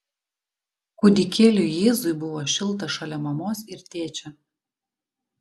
kūdikėliui jėzui buvo šilta šalia mamos ir tėčio